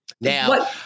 Now